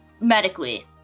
medically